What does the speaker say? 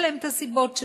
יש להם את הסיבות שלהם.